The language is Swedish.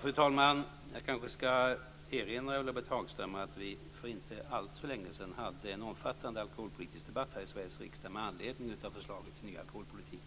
Fru talman! Jag ska kanske erinra Ulla-Britt Hagström om att vi för inte alltför länge sedan hade en omfattande alkoholpolitisk debatt här i Sveriges riksdag med anledning av förslaget till ny alkoholpolitik.